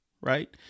Right